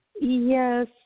Yes